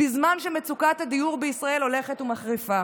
בזמן שמצוקת הדיור בישראל הולכת ומחריפה.